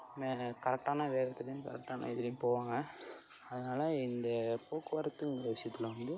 கரெக்டான வேகத்துலையும் கரெக்டான இதுலையும் போவாங்க அதனால இந்த போக்குவரத்துங்கிற விஷயத்துல வந்து